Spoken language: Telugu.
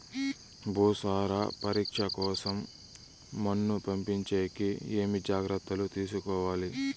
భూసార పరీక్ష కోసం మన్ను పంపించేకి ఏమి జాగ్రత్తలు తీసుకోవాలి?